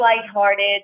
lighthearted